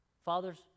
Fathers